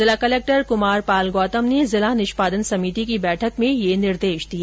जिला कलक्टर कुमार पाल गौतम ने जिला निष्पादन समिति की बैठक में यह निर्देश दिए